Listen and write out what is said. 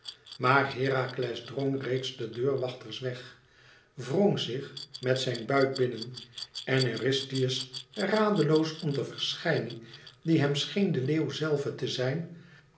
maar herakles drong reeds de deurwachters weg wrong zich met zijn buit binnen en eurystheus radeloos om de verschijning die hem scheen de leeuw zelve te zijn